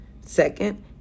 Second